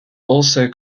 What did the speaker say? also